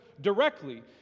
directly